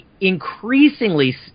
increasingly